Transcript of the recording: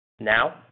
Now